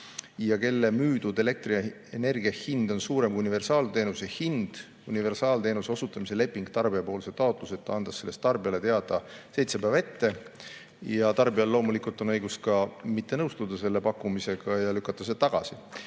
ja kellele müüdud elektrienergia hind on kõrgem kui universaalteenuse hind, universaalteenuse osutamise leping tarbijapoolse taotluseta, andes sellest tarbijale teada seitse päeva ette. Ja tarbijal loomulikult on õigus mitte nõustuda selle pakkumisega ja lükata see tagasi.